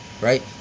Right